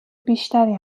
بیشتری